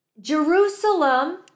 Jerusalem